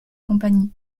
compagnies